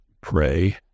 pray